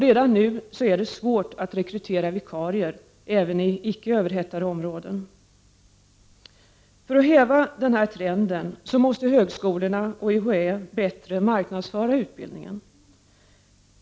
Redan nu är det svårt att rekrytera vikarier även i icke överhettade områden. För att häva den trenden måste högskolorna och UHÄ bättre marknadsföra utbildningen.